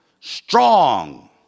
strong